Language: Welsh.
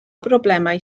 broblemau